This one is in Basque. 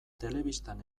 telebistan